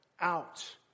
out